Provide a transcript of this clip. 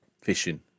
fishing